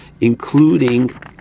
including